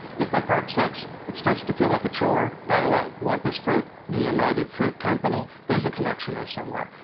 if by part six it starts to feel like a chore. by the way wumpas fruit, the united fruit company? there's a connection there somewhere.